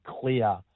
clear